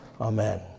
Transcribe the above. Amen